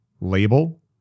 label